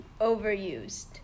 overused